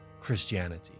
Christianity